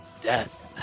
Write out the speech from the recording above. Death